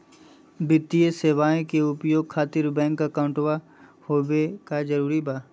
वित्तीय सेवाएं के उपयोग खातिर बैंक अकाउंट होबे का जरूरी बा?